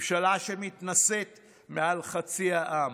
ממשלה שמתנשאת מעל חצי העם.